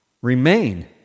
Remain